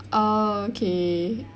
oh okay